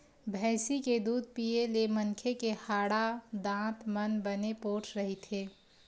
भइसी के दूद पीए ले मनखे के हाड़ा, दांत मन बने पोठ रहिथे